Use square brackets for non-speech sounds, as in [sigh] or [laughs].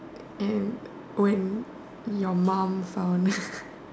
and when your mum found [laughs]